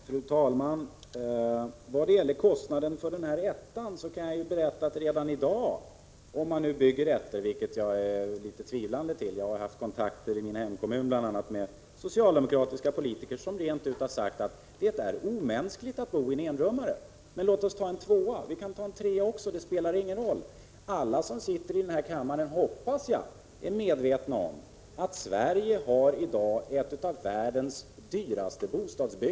Fru talman! Vad gäller kostnaden för ettan kan jag berätta — även om jag ställer mig litet tvivlande till om man över huvud taget bygger ettor i dag — att jag haft kontakter i min hemkommun med socialdemokratiska politiker som rent ut sagt att det är omänskligt att boien enrummare. Men låt oss ta en tvåa eller en trea — det spelar ingen roll. Alla som sitter i den här kammaren 85 hoppas jag är medvetna om att Sveriges bostadsbyggande i dag är ett av världens dyraste.